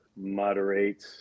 moderate